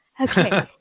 Okay